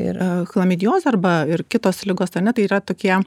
yra chlamidijozė arba ir kitos ligos ane tai yra tokie